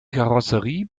karosserie